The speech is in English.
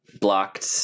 blocked